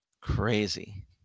crazy